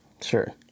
Sure